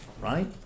right